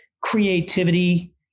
creativity